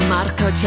Marco